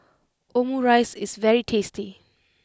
Omurice is very tasty